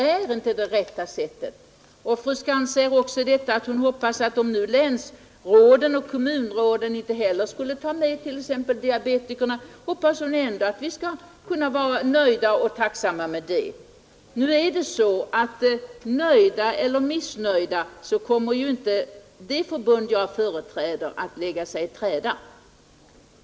Fru Skantz säger att hon hoppas, om nu länsråden och kommunråden inte heller tar med diabetikerna, att vi ändå skall vara nöjda och tacksamma. Nöjt eller missnöjt kommer inte det förbund jag företräder att lägga sig i träda.